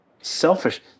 selfish